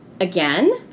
again